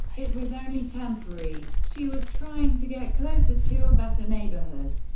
it was only temporary she was trying to get closer to a better neighborhood.